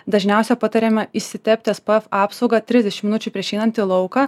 dažniausia patariame išsitepti es p ef apsaugą trisdešim minučių prieš einant į lauką